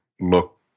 look